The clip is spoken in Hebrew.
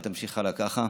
ותמשיך הלאה ככה.